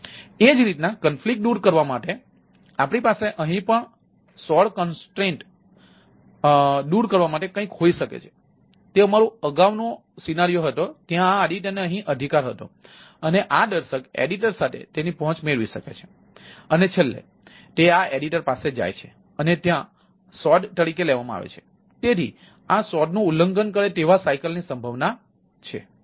એ જ રીતે કોન્ફ્લિક્ટ દૂર કરવા માટે આપણી પાસે અહીં પણ સોડ અવરોધ ની સંભાવના છે